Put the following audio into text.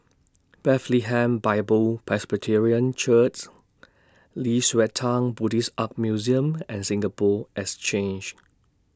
Bethlehem Bible Presbyterian Nei Xue Tang Buddhist Art Museum and Singapore Exchange